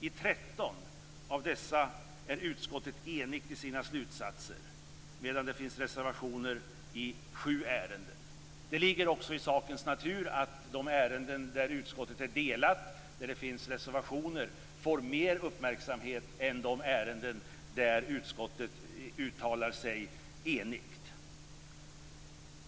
I 13 av dessa är utskottet enigt i sina slutsatser, medan det finns reservationer i 7 ärenden. Det ligger i sakens natur att de ärenden där utskottet är delat, dvs. där det finns reservationer, får mer uppmärksamhet än de ärenden där utskottet uttalar sig enigt.